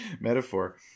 metaphor